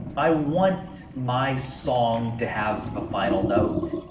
i want my song to have a final note.